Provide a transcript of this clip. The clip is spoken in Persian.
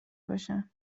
باشن